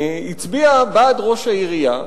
הצביע בעד ראש העירייה,